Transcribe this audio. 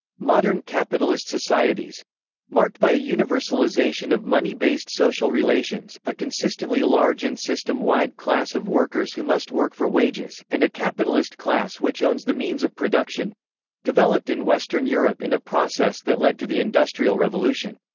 modern capitalist societies marked by a universalization of money-based social relations, a consistently large and system-wide class of workers who must work for wages, and a capitalist class which owns the means of production developed in western europe in a process that led to the industrial revolution.